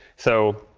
so